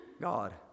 God